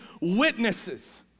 witnesses